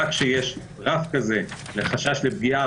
רק כשיש רף כזה וחשש לפגיעה,